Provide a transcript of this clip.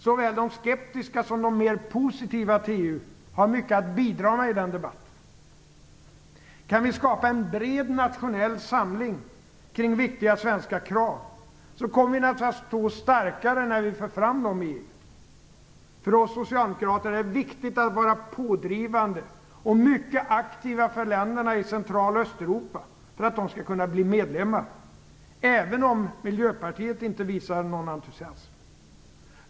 Såväl de skeptiska som de mer positiva till EU har mycket att bidra med i den debatten. Kan vi skapa en bred nationell samling kring viktiga svenska krav, kommer vi naturligtvis att stå starkare när vi för fram dem i EU. För oss socialdemokrater är det viktigt att vara pådrivande och mycket aktiva för länderna i Central och Östeuropa för att de skall kunna bli medlemmar, även om Miljöpartiet inte visar någon entusiasm.